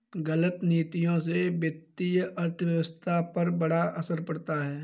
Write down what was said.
गलत नीतियों से वित्तीय अर्थव्यवस्था पर बड़ा असर पड़ता है